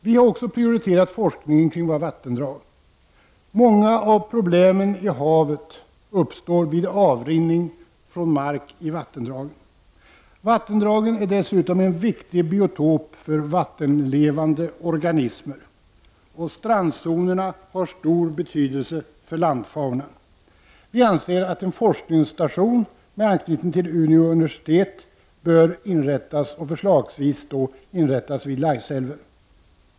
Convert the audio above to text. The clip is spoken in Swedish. Vi har också prioriterat forskningen kring vattendragen. Många av problemen i havet uppstår vid avrinning från mark i vattendragen. Vattendragen är dessutom en viktig biotop för vattenlevande organismer, och strandzonerna har stor betydelse för landfaunan. Vi anser att en forskningsstation med anknytning till Umeå universitet bör inrättas, förslagsvis vid Laisälven.